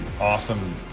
awesome